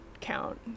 count